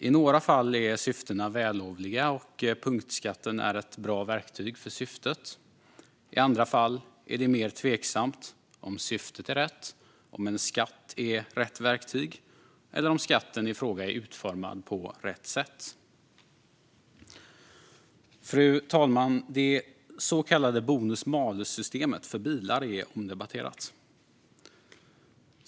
I några fall är syftena vällovliga, och punktskatten är ett bra verktyg för syftet. I andra fall är det mer tveksamt om syftet är rätt, om en skatt är rätt verktyg och om skatten i fråga är utformad på rätt sätt. Fru talman! Det så kallade bonus-malus-systemet för bilar är omdebatterat.